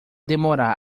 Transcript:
demorar